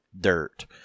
dirt